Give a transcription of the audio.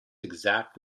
exact